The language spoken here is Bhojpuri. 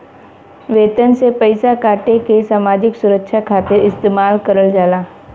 वेतन से पइसा काटके सामाजिक सुरक्षा खातिर इस्तेमाल करल जाला